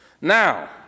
Now